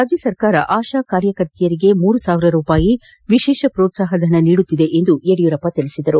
ರಾಜ್ಯ ಸರ್ಕಾರ ಆಶಾ ಕಾರ್ಯಕರ್ತೆಯರಿಗೆ ಮೂರು ಸಾವಿರ ರೂಪಾಯಿ ವಿಶೇಷ ಮ್ರೋತ್ಸಾಹ ಧನ ನೀಡುತ್ತಿದೆ ಎಂದು ಯಡಿಯೂರಪ್ಪ ತಿಳಿಸಿದರು